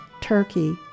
turkey